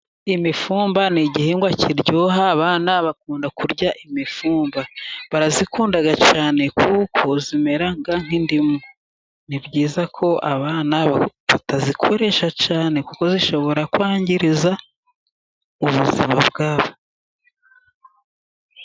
Imifumba ni igihingwa kiryoha. Abana bakunda kurya imifumba, barayikunda cyane kuko zimera nk'indimu ni byiza ko abana batazikoresha cyane, kuko zishobora kwangiza ubuzima bwabo.